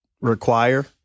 require